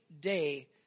day